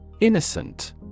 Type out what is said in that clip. Innocent